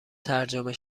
ترجمه